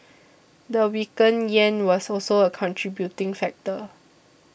the weakened yen was also a contributing factor